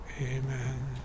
Amen